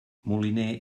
moliner